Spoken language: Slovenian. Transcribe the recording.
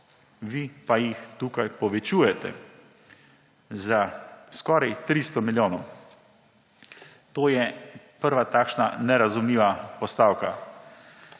vi pa jih tukaj povečujete za skoraj 300 milijonov. To je prva takšna nerazumljiva postavka.